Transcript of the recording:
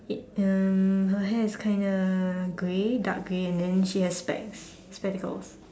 in her hair is kinda grey dark grey and then she has specs spectacle